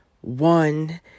one